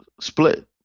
split